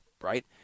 right